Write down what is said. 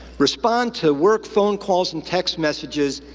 respond to work phone calls and text messages,